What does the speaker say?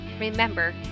remember